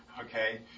Okay